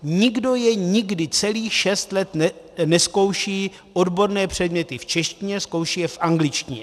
Nikdo je nikdy celých šest let nezkouší odborné předměty v češtině, zkouší je v angličtině.